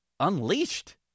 unleashed